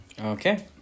Okay